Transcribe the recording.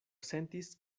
sentis